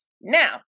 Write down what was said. Now